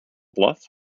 bluff